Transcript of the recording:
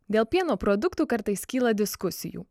dėl pieno produktų kartais kyla diskusijų